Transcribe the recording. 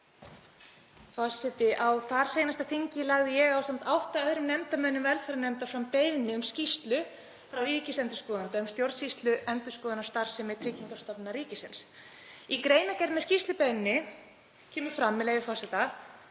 Á síðasta þingi lagði ég ásamt átta öðrum nefndarmönnum velferðarnefndar fram beiðni um skýrslu frá ríkisendurskoðanda um stjórnsýsluendurskoðun á starfsemi Tryggingastofnunar ríkisins. Í greinargerð með skýrslubeiðni kemur fram, með leyfi forseta: